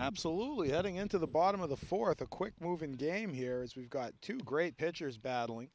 absolutely heading into the bottom of the fourth a quick moving game here is we've got two great pitchers battling